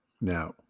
Now